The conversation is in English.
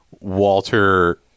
Walter